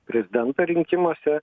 prezidento rinkimuose